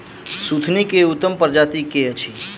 सुथनी केँ उत्तम प्रजाति केँ अछि?